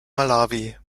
malawi